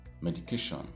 medication